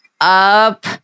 up